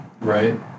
Right